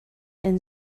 and